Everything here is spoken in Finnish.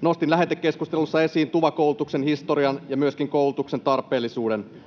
Nostin lähetekeskustelussa esiin TUVA-koulutuksen historian ja myöskin koulutuksen tarpeellisuuden.